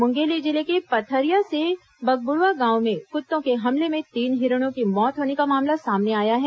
मुंगेली जिले के पथरिया के बगबुड़वा गांव में कुत्तों के हमले में तीन हिरणों की मौत होने का मामला सामने आया है